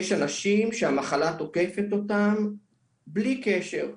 יש אנשים שהמחלה תוקפת אותם בלי קשר.